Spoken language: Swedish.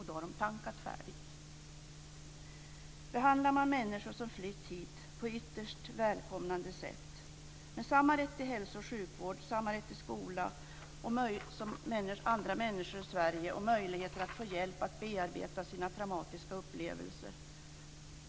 Då har de tankat färdigt! Vi ska behandla människor som flytt hit på ett ytterst välkomnande sätt. Vi ska ge dem samma rätt till hälso och sjukvård och samma rätt till skola som andra människor i Sverige samt ge dem möjligheter att få hjälp att bearbeta sina traumatiska upplevelser.